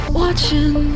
watching